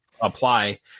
apply